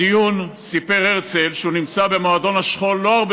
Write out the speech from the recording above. בדיון סיפר הרצל שהוא נמצא במועדון השכול לא הרבה